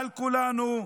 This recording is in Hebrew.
על כולנו,